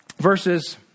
Verses